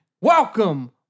Welcome